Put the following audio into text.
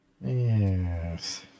Yes